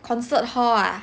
concert hall ah